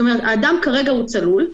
האדם כרגע הוא צלול,